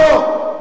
לא,